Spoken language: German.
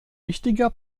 wichtiger